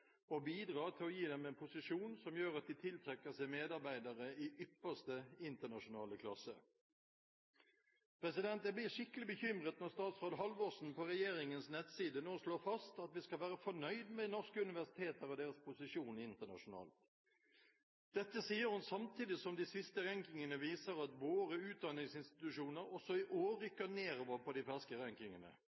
og bidra til å gi dem en posisjon som gjør at de tiltrekker seg medarbeidere i ypperste internasjonale klasse. Jeg blir skikkelig bekymret når statsråd Halvorsen på regjeringens nettside nå slår fast at vi skal være fornøyd med norske universiteter og deres posisjon internasjonalt. Dette sier hun samtidig som de siste rankingene viser at våre utdanningsinstitusjoner også i år rykker nedover på de ferske